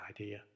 idea